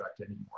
anymore